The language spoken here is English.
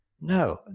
No